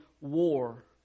war